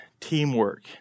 teamwork